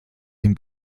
dem